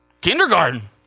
Kindergarten